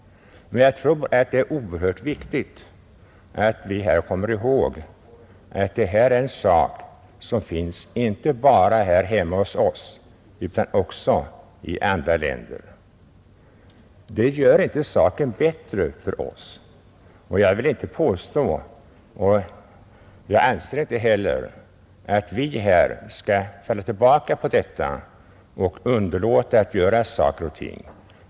Jag tror att det är oerhört viktigt att vi kommer ihåg att så är fallet. Det gör inte saken bättre i och för sig för oss, och vi skall inte heller falla tillbaka på detta och underlåta att vidtaga åtgärder.